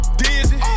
dizzy